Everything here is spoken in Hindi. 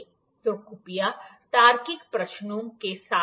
तो कृपया तार्किक प्रश्नों के साथ आएं